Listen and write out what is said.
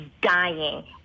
dying